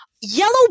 Yellow